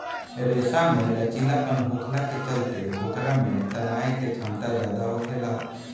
रेशा में लचीलापन होखला के चलते ओकरा में तनाये के क्षमता ज्यादा होखेला